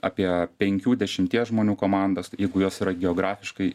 apie penkių dešimties žmonių komandas jeigu jos yra geografiškai